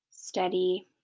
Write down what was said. steady